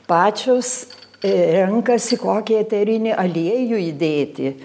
pačios renkasi kokį eterinį aliejų įdėti